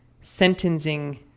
sentencing